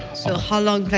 so, how long,